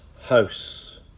house